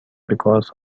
because